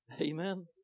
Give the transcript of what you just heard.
Amen